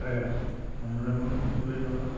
ചിത്രകല നമ്മളുടെ ഉള്ളിലുള്ള